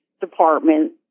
department